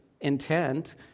intent